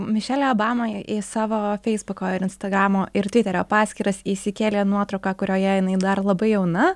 mišelė obama į savo feisbuko ir instagramo ir tviterio paskyras įsikėlė nuotrauką kurioje jinai dar labai jauna